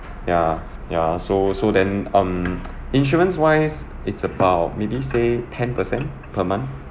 yeah ya so so then um insurance wise it's about maybe say ten per cent per month